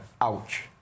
Ouch